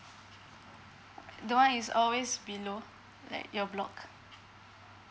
the one is always below like your block